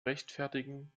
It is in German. rechtfertigen